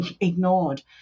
ignored